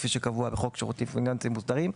כפי שקבוע בחוק שירותים פיננסיים מוסדרים,